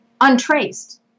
untraced